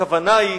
הכוונה היא